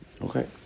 Okay